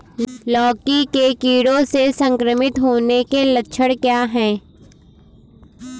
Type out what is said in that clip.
लौकी के कीड़ों से संक्रमित होने के लक्षण क्या हैं?